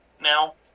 now